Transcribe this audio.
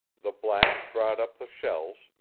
the blacks brought up the shells,